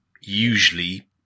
usually